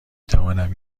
توانم